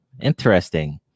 Interesting